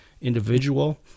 individual